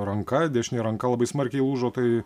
ranka dešinė ranka labai smarkiai lūžo tai